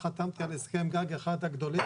חתמתי על הסכם גג, אחד הגדולים.